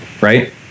right